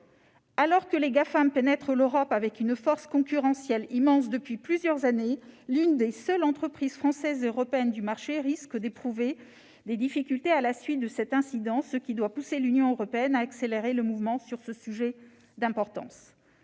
Alors que les Gafam pénètrent l'Europe avec une force concurrentielle immense depuis plusieurs années, l'une des seules entreprises françaises et européennes du marché risque d'éprouver des difficultés à la suite de cet incident, ce qui doit pousser l'Union européenne à accélérer le mouvement sur ce sujet d'importance.